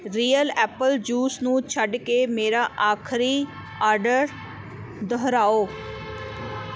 real apple juice ਨੂੰ ਛੱਡ ਕੇ ਮੇਰਾ ਆਖਰੀ ਆਰਡਰ ਦੁਹਰਾਓ